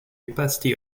opacity